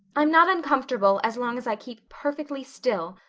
i'm not uncomfortable, as long as i keep perfectly still.